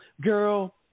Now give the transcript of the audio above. girl